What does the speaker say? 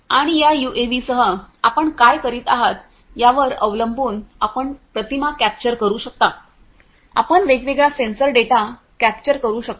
आणि या यूएव्हीसह आपण काय करीत आहात यावर अवलंबून आपण प्रतिमा कॅप्चर करू शकता आपण वेगवेगळा सेन्सर डेटा कॅप्चर करू शकता